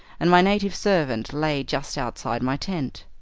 and my native servant lay just outside my tent.